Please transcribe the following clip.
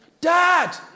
dad